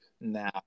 now